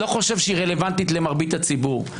לא חושב שהיא רלוונטית למרבית הציבור,